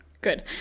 Good